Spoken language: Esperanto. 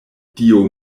dio